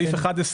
סעיף 11